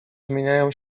zmieniają